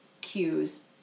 cues